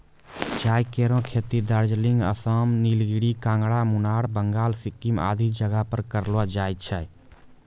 चाय केरो खेती दार्जिलिंग, आसाम, नीलगिरी, कांगड़ा, मुनार, बंगाल, सिक्किम आदि जगह पर करलो जाय छै